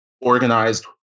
organized